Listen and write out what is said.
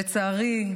לצערי,